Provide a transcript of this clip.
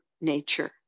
nature